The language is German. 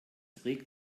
regt